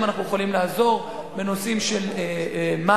אנחנו יכולים לעזור: בנושאים של מים,